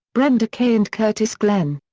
brenda kay and curtis glenn.